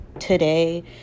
today